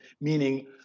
meaning